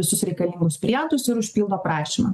visus reikalingus priedus ir užpildo prašymą